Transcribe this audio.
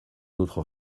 notre